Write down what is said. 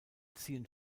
ziehen